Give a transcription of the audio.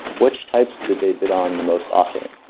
which types did they bid on the most often?